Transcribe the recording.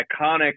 iconic